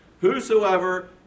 Whosoever